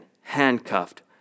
handcuffed